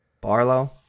Barlow